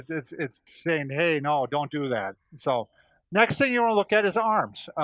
it's it's saying, hey, no, don't do that. so next thing you wanna look at is arms.